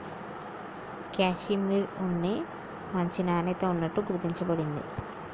కాషిమిర్ ఉన్ని మంచి నాణ్యత ఉన్నట్టు గుర్తించ బడింది